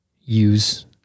use